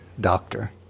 doctor